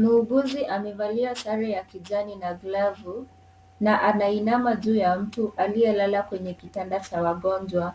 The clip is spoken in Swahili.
Muuguzi amevalia sare ya kijani na glavu, na anainama juu ya mtu aliye lala kwenye kitanda cha wagonjwa,